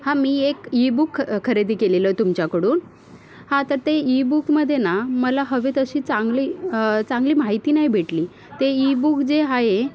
हा मी एक ईबुक ख खरेदी केलेलं तुमच्याकडून हा तर ते ईबुकमध्ये ना मला हवे तशी चांगली चांगली माहिती नाही भेटली ते ईबुक जे आहे